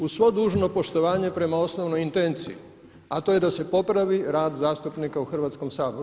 Uz svo dužno poštovanje prema osnovnoj intenciji a to je da se popravi rad zastupnika u Hrvatskom saboru.